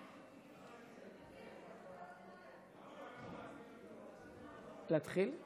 להתחיל?